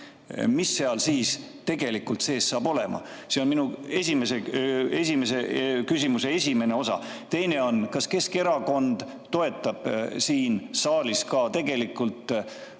mis seal siis tegelikult sees saab olema? See on minu küsimuse esimene osa. Teine osa on, kas Keskerakond toetab siin saalis ka tegelikult